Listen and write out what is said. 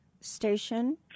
station